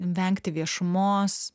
vengti viešumos